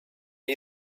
you